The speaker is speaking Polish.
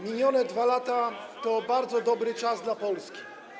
Minione 2 lata to bardzo dobry czas dla Polski.